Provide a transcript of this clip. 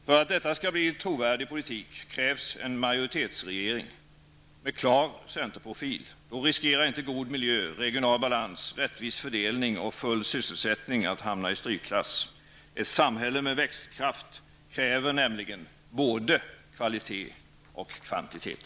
För att detta skall bli en trovärdig politik krävs en majoritetsregering med klar centerprofil. Då riskerar inte god miljö, regional balans, rättvis fördelning och full sysselsättning att hamna i strykklass. Ett samhälle med växtkraft kräver nämligen både kvalitet och kvantitet.